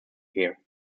here